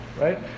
right